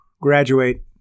graduate